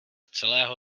celého